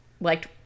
liked